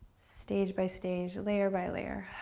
stage by stage, layer by layer.